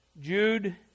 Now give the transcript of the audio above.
Jude